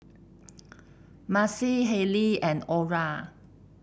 Maci Hailey and Orra